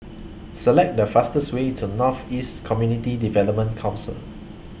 Select The fastest Way to North East Community Development Council